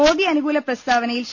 മോദി അനു കൂല പ്രസ്താവനയിൽ ഡോ